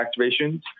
activations